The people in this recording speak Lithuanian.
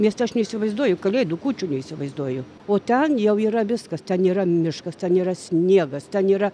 mieste aš neįsivaizduoju kalėdų kūčių neįsivaizduoju o ten jau yra viskas ten yra miškas ten yra sniegas ten yra